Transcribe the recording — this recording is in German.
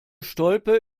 stolpe